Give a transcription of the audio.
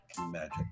Magic